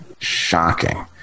Shocking